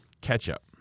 ketchup